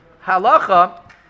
halacha